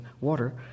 water